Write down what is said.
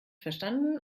verstanden